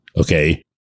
Okay